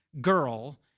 girl